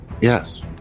Yes